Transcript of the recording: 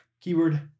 Keyword